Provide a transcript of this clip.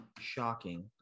shocking